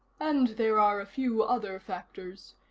and there are a few other factors.